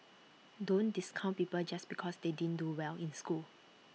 don't discount people just because they didn't do well in school